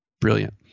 brilliant